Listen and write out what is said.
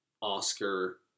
Oscar